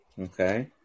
Okay